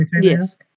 Yes